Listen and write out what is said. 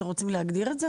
אתם רוצים להגדיר את זה?